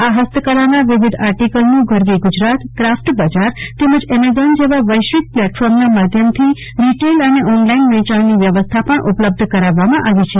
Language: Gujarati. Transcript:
આ ફસ્તકલાના વિવિધ આર્ટીકલનું ગરવી ગુજરાત ક્રાફટ બજાર તેમજ ઍમેઝોન જેવા વૈશ્વિક પ્લેટફોર્મના માધ્યમથી રીટેઇલ અને ઓન લાઇન વેચાણની વ્યવસ્થા પણ ઉપલબ્ધ કરાવવામાં આવી છે